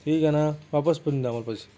ठीक आहे ना वापस करून द्या आम्हाला पैसे